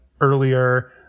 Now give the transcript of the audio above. earlier